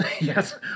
Yes